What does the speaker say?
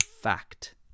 Fact